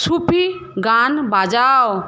সুফি গান বাজাও